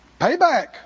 Payback